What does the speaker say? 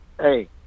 Hey